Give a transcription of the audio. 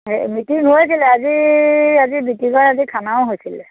হেৰি মিটিং হৈছিলে আজি আজি জুটি কৰে আজি খানাও হৈছিলে